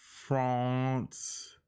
France